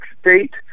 state